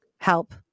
help